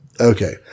Okay